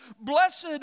Blessed